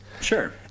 sure